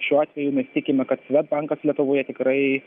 šiuo atveju mes tikime kad svedbankas lietuvoje tikrai